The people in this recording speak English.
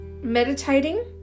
meditating